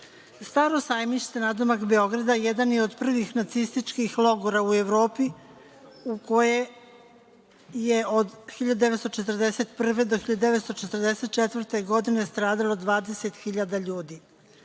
sajmište“ nadomak Beograda jedan je od prvih nacističkih logora u Evropi u kojem je od 1941. do 1944. godine stradalo 20.000 ljudi.